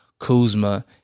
Kuzma